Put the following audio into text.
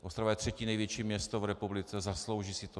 Ostrava je třetí největší město v republice, zaslouží si to.